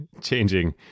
changing